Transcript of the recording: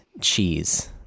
cheese